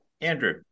Andrew